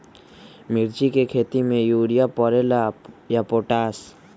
मिर्ची के खेती में यूरिया परेला या पोटाश?